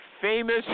famous